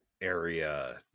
area